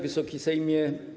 Wysoki Sejmie!